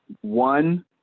one